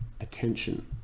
attention